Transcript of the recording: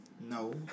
No